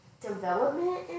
development